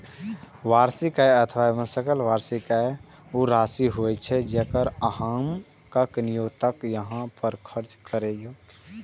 वार्षिक आय अथवा सकल वार्षिक आय ऊ राशि होइ छै, जे अहांक नियोक्ता अहां पर खर्च करैए